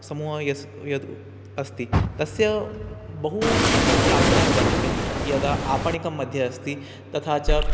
समूहस्य यद् अस्ति तस्य बहु शाखायां वर्तते यदा आपणिकं मध्ये अस्ति तथा च